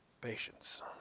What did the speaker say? patience